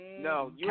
No